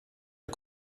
der